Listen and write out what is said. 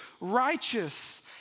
righteous